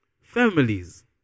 families